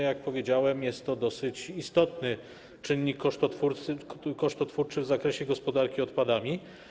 Jak powiedziałem, jest to dosyć istotny czynnik kosztotwórczy w zakresie gospodarki odpadami.